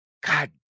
God